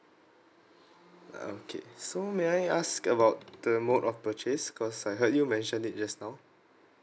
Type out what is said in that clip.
ah okay so may I ask about the mode of purchase cause I heard you mention it just now